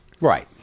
Right